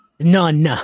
None